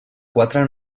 quatre